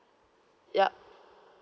yup